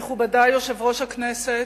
מכובדי יושב-ראש הכנסת,